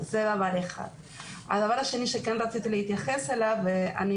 הדבר השני שכן רציתי להתייחס אליו ואני